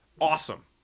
awesome